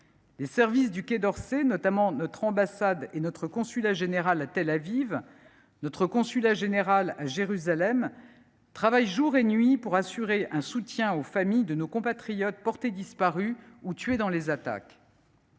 Les services du Quai d’Orsay, notre ambassade, notre consulat général à Tel Aviv et notre consulat général à Jérusalem travaillent jour et nuit pour assurer un soutien aux familles de nos compatriotes portés disparus ou tués dans les attaques.